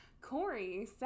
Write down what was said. Corey